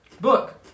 book